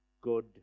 Good